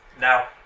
Now